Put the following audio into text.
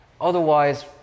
otherwise